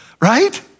Right